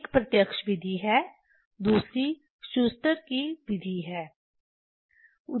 एक प्रत्यक्ष विधि है दूसरी शूस्टर की विधि Schuster's method है